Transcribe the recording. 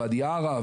ואדי ערה,